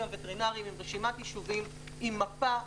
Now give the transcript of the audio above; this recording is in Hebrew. הווטרינריים עם רשימת יישובים ועם מפה.